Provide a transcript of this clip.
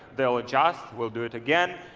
they'll adjust. we'll do it again.